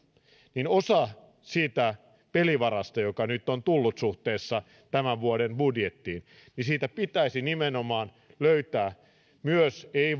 osasta sitä pelivaraa joka nyt on tullut suhteessa tämän vuoden budjettiin pitäisi nimenomaan löytää ei